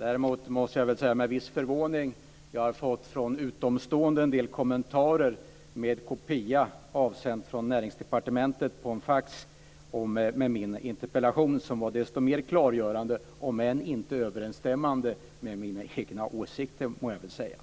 Jag har däremot med viss förvåning tagit emot en del kommentarer på ett från Näringsdepartementet avsänt fax om min interpellation som var desto mer klargörande, om än inte överensstämmande med mina egna åsikter. Näringsministern